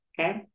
okay